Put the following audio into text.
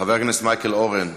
חבר הכנסת מייקל אורן,